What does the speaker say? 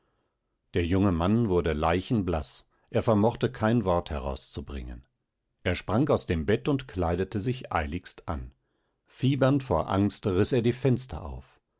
der junge mann wurde leichenblaß er vermochte kein wort herauszubringen er sprang aus dem bett und kleidete sich eiligst an fiebernd vor angst riß er die fenster auf